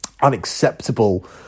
unacceptable